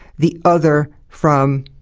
the other from